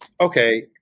okay